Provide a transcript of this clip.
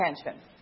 attention